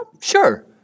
Sure